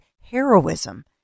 heroism